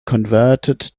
converted